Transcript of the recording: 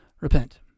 repent